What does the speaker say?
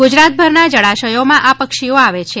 ગુજરાત ભરના જળાશયોમા આ પક્ષીઓ આવે છે